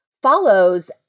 follows